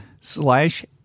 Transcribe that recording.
slash